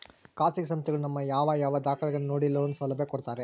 ಖಾಸಗಿ ಸಂಸ್ಥೆಗಳು ನಮ್ಮ ಯಾವ ಯಾವ ದಾಖಲೆಗಳನ್ನು ನೋಡಿ ಲೋನ್ ಸೌಲಭ್ಯ ಕೊಡ್ತಾರೆ?